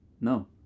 No